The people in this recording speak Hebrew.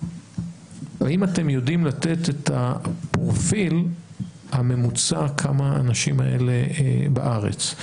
האם אתם יודעים לתת את הפרופיל הממוצע כמה האנשים האלה בארץ,